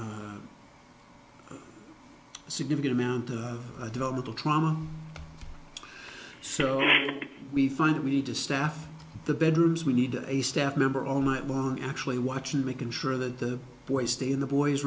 significant amount of developmental trauma so we find we need to staff the bedrooms we need a staff member all night more actually watching making sure that the boys stay in the boys